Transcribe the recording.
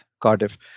cardiff